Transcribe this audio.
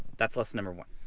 that's lesson number one.